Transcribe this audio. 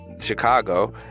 Chicago